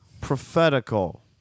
prophetical